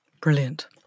Brilliant